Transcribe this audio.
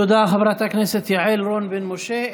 תודה, חברת הכנסת יעל רון בן משה.